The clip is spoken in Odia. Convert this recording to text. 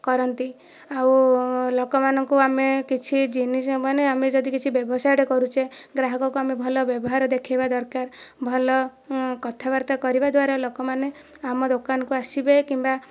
କରନ୍ତି ଆଉ ଲୋକମାନଙ୍କୁ ଆମେ କିଛି ଜିନିଷ ମାନେ ଆମେ ଯଦି କିଛି ବ୍ୟବସାୟ ଟିଏ କରୁଛେ ଗ୍ରାହକକୁ ଆମେ ଭଲ ବ୍ୟବହାର ଦେଖେଇବା ଦରକାର ଭଲ କଥାବାର୍ତ୍ତା କରିବା ଦ୍ୱାରା ଲୋକମାନେ ଆମ ଦୋକାନକୁ ଆସିବେ କିମ୍ବା